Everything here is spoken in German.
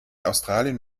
australien